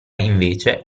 invece